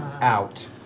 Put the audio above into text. out